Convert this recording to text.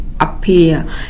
appear